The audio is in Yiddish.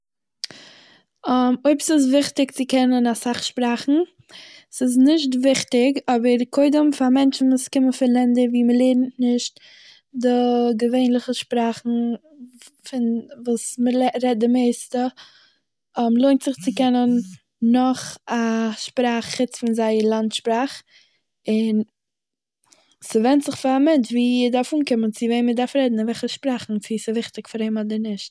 אויב ס'איז וויכטיג צו קענען אסאך שפראכן? ס'איז נישט וויכטיג, אבער קודם פאר מענטשן וואס קומען פון לענדער וואו מען לערנט נישט די געווענלעכע שפראכן פון וואס מ'לע- מ'רעדט די מערסטע, לוינט זיך צו קענען נאך א שפראך חוץ פון זייער לאנד שפראך, און ס'ווענדט זיך פאר א מענטש וואו ער דארף אנקומען, צו וועמען ער דארף רעדן אויף וועלכע שפראכן, צו ס'איז וויכטיג פאר אים אדער נישט